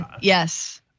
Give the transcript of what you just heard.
Yes